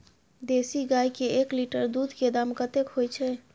देसी गाय के एक लीटर दूध के दाम कतेक होय छै?